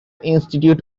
institute